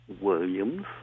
Williams